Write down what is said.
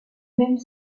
même